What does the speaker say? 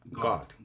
God